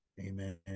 Amen